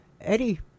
Eddie